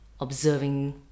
observing